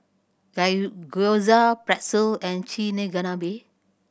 Gyoza Pretzel and Chigenabe